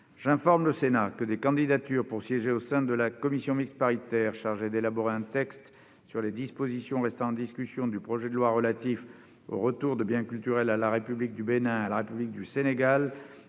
J'informe le Sénat que des candidatures pour siéger au sein de la commission mixte paritaire chargée d'élaborer un texte sur les dispositions restant en discussion du projet de loi relatif au retour de biens culturels à la République du Bénin et à la République du Sénégal